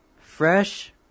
fresh